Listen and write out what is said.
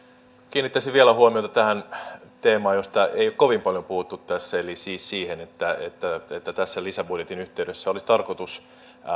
kiinnittäisin vielä huomiota teemaan josta ei ole kovin paljon puhuttu tässä eli siis siihen että että lisäbudjetin yhteydessä olisi tarkoitus